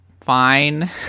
fine